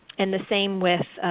and the same with